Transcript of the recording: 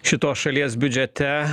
šitos šalies biudžete